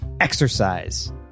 exercise